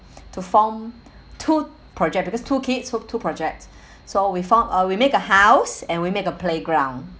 to form two project because two kids two two projects so we found uh we make a house and we make a playground